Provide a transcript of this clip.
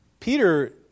Peter